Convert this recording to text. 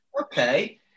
Okay